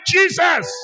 Jesus